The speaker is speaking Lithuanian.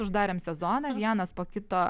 uždarėm sezoną vienas po kito